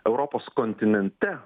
europos kontinente